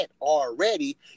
already